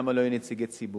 למה לא יהיו נציגי ציבור?